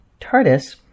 TARDIS